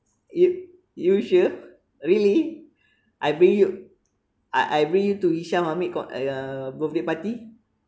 you you sure really I bring you I I bring you to hisyam hamid con~ uh birthday party